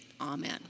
amen